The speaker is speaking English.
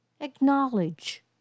acknowledge